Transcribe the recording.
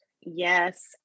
Yes